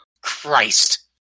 Christ